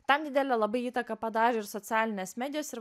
tam didelę labai įtaką padarė ir socialinės medijos ir